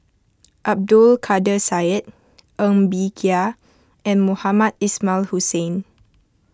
Abdul Kadir Syed Ng Bee Kia and Mohamed Ismail Hussain